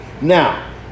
Now